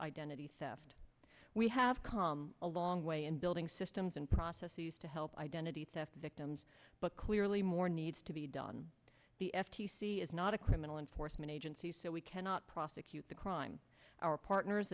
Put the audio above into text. identity theft we have come a long way in building systems and processes to help identity theft victims but clearly more needs to be done the f t c is not a criminal enforcement agency so we cannot prosecute the crime our partners